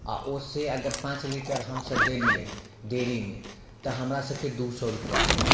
आ ओ से अगर पाँच लीटर हमसभ देलियै डेयरीमे तऽ हमरासभके दू सए रूपैआ होलै